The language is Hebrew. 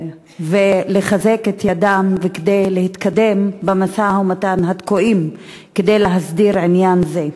לחזק את ידם ולהתקדם במשא-ומתן התקוע כדי להסדיר עניין זה.